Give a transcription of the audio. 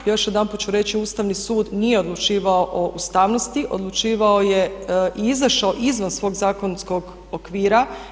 Još jedanput ću reći Ustavni sud nije odlučivao o ustavnosti, odlučivao je i izažao izvan svog zakonskog okvira.